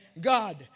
God